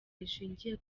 rishingiye